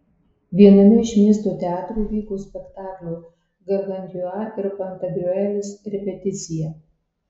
viename iš miesto teatrų vyko spektaklio gargantiua ir pantagriuelis repeticija